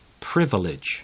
privilege